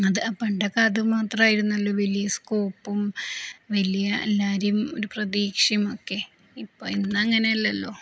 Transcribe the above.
അതു പണ്ടൊക്കെയതു മാത്രമായിരുന്നല്ലോ വലിയ സ്കോപ്പും വലിയ എല്ലാവരെയും ഒരു പ്രതീക്ഷയുമൊക്കെ ഇപ്പോള് ഇന്നങ്ങനെയല്ലല്ലോ